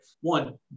One